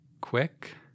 quick